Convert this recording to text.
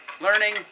Learning